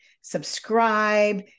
subscribe